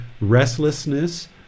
restlessness